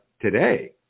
today